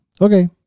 okay